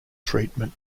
treatment